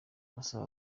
basaba